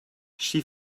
she